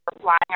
flying